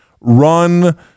run